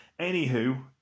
Anywho